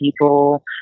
people